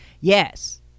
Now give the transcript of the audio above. Yes